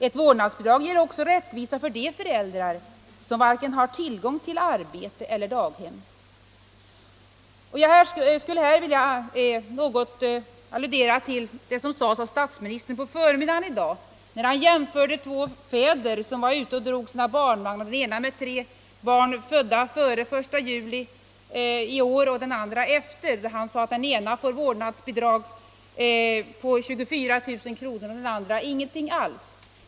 Ett vårdnadsbidrag ger också rättvisa för de familjer som inte har tillgång till vare sig arbete eller daghem. Jag skulle här vilja något anknyta till vad statsministern sade på förmiddagen i dag när han jämförde två fäder som var ute och drog sina barnvagnar, den ene med tre barn födda före den 1 juli i år och den andre med ett barn fött därefter. Han sade att den ene får vårdnadsbidrag på 24000 kr. och den andre ingenting alls.